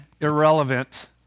irrelevant